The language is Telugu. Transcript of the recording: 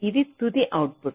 ఇది తుది అవుట్పుట్